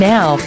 Now